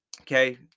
Okay